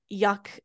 yuck